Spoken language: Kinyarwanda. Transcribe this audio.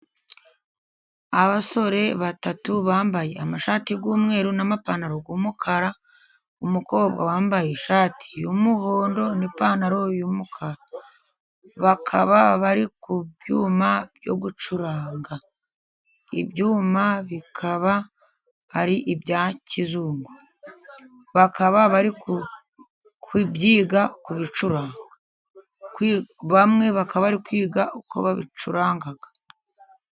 Abasore batatu bambaye amashati y'umweru n'amapantaro y'umukara. Umukobwa wambaye ishati y'umuhondo n'ipantaro y'umukara bakaba bari ku byuma byo gucuranga, ibyuma bikaba ari ibya kizungu bakaba bari kubyiga ku bicuranga bamwe bakaba bari kwiga uko babicuranga.